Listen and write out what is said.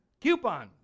coupon